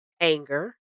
Anger